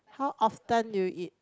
how often do you eat